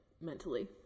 mentally